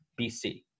BC